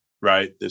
right